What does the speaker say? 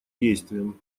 действием